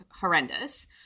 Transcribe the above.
horrendous